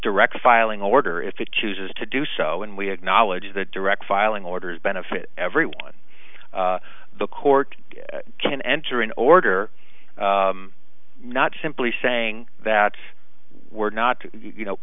direct filing order if it chooses to do so and we acknowledge that direct filing orders benefit everyone the court can enter in order not simply saying that we're not you know